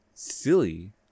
Silly